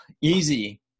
easy